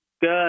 Good